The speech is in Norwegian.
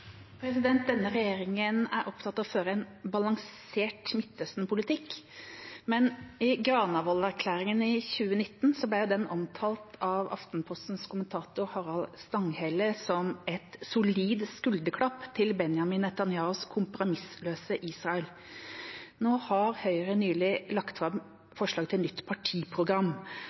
Denne regjeringa er opptatt av å føre en balansert Midtøsten-politikk, men Granavolden-erklæringen i 2019 ble omtalt av Aftenpostens kommentator Harald Stanghelle som «et solid skulderklapp til Benjamin Netanyahus kompromissløse Israel». Nå har Høyre nylig lagt fram forslag til nytt partiprogram.